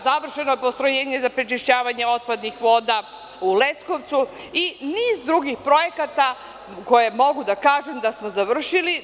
Završeno je postrojenje za prečišćavanje otpadnih voda u Leskovcu i niz drugih projekata, za koje mogu da kažem da smo završili.